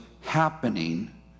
happening